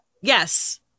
Yes